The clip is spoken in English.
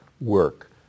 work